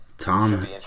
Tom